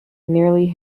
nearly